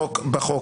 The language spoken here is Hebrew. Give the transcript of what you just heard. בחוק,